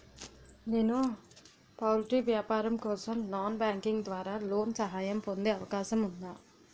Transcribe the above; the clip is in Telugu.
నేను పౌల్ట్రీ వ్యాపారం కోసం నాన్ బ్యాంకింగ్ ద్వారా లోన్ సహాయం పొందే అవకాశం ఉందా?